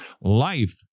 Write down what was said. Life